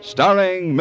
Starring